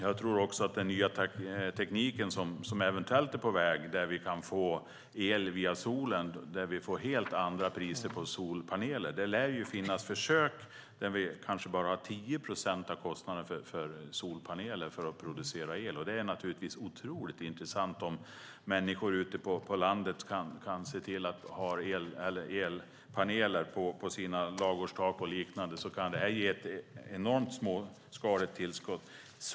Jag tänker också på den nya teknik som eventuellt är på väg, där vi kan få el via solen och helt andra priser på solpaneler. Det lär finnas försök där vi kanske bara har 10 procent av kostnaden för solpaneler för att producera el. Det är otroligt intressant om människor ute på landet kan ha elpaneler på sina ladugårdstak och liknande. Då kan det ge enormt mycket av ett småskaligt tillskott.